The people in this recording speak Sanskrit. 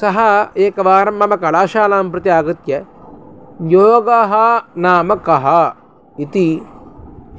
सः एकवारं मम कलाशालां प्रति आगत्य योगः नाम कः इति